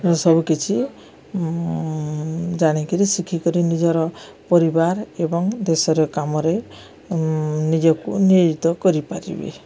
ସବୁକିଛି ଜାଣିକିରି ଶିଖିକରି ନିଜର ପରିବାର ଏବଂ ଦେଶର କାମରେ ନିଜକୁ ନିୟୋଜିତ କରିପାରିବି